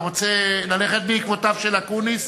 אתה רוצה ללכת בעקבותיו של אקוניס?